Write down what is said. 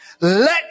Let